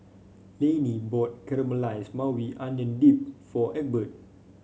Laney bought Caramelized Maui Onion Dip for Egbert